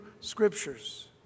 Scriptures